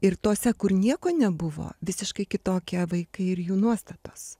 ir tose kur nieko nebuvo visiškai kitokie vaikai ir jų nuostatos